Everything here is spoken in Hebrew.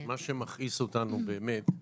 מה שמכעיס אותנו באמת,